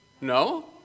No